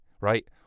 right